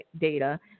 data